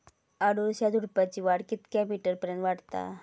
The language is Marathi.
अडुळसा झुडूपाची वाढ कितक्या मीटर पर्यंत वाढता?